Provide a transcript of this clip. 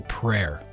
prayer